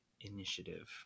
initiative